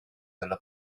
della